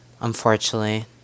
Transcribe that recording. unfortunately